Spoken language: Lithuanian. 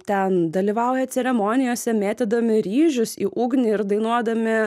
ten dalyvauja ceremonijose mėtydami ryžius į ugnį ir dainuodami